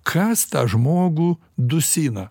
kas tą žmogų dusina